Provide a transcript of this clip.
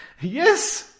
yes